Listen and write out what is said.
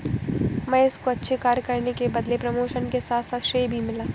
महेश को अच्छे कार्य करने के बदले प्रमोशन के साथ साथ श्रेय भी मिला